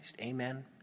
Amen